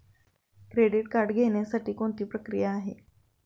Credit card घेण्यासाठी कोणती प्रक्रिया आहे?